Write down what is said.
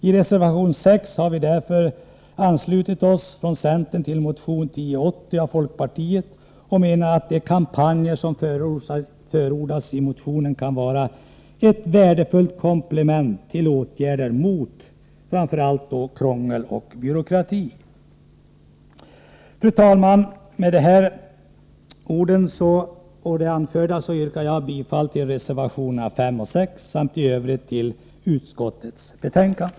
I reservation 6 har vi från centern därför anslutit oss till motion 1080 från folkpartiet och menar att de kampanjer som förordats i motionen kan vara ett värdefullt komplement till åtgärder mot krångel och byråkrati. Fru talman! Med det anförda yrkar jag bifall till reservationerna 5 och 6 samt i Övrigt till utskottets hemställan i betänkandet.